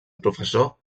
professor